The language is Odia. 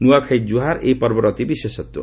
ନୂଆଖାଇ ଜୁହାର୍ ଏହି ପର୍ବର ଅତି ବିଶେଷତ୍ୱ